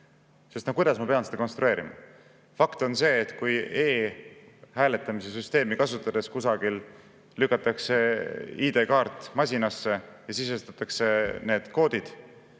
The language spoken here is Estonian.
Sest no kuidas ma peaksin seda konstrueerima? Fakt on see, et kui e‑hääletamise süsteemi kasutades kusagil lükatakse ID‑kaart masinasse ja sisestatakse need koodid,